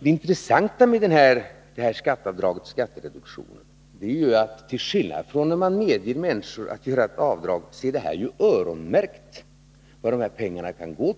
Det intressanta med det här skatteavdraget — skattereduktionen —, till skillnad från när man medger människor att göra ett avdrag, är att det är öronmärkt vart pengarna kan gå.